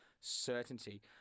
certainty